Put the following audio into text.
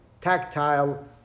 tactile